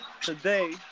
today